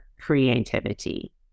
creativity